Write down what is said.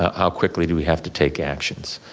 how quickly do we have to take actions?